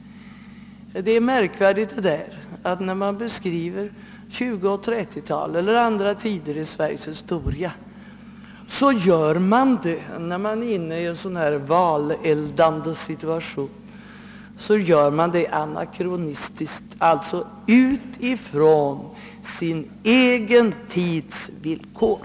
Det är märkvärdigt att man när man beskriver 1920 och 1930-talen eller andra tider i Sveriges historia i en sådan här valeldande situation, gör det anakronistiskt, alltså utifrån sin egen tids villkor.